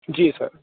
ਜੀ ਸਰ